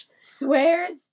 Swears